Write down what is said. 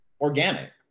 organic